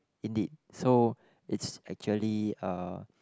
indeed so it's actually a